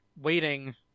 waiting